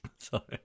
Sorry